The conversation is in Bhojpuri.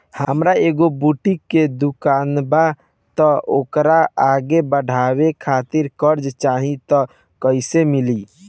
हमार एगो बुटीक के दुकानबा त ओकरा आगे बढ़वे खातिर कर्जा चाहि त कइसे मिली?